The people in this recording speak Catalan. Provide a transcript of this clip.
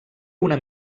una